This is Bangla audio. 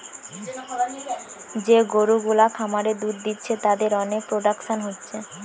যে গরু গুলা খামারে দুধ দিচ্ছে তাদের অনেক প্রোডাকশন হচ্ছে